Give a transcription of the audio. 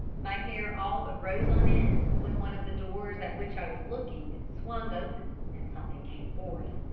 my hair all but rose on end, when one of the doors at which i was looking swung open and something came forth.